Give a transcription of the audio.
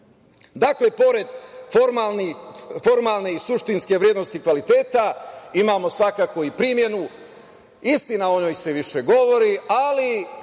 pored formalne i suštinske vrednosti i kvaliteta, imamo svakako i primenu. Istina, o njoj se više govori, ali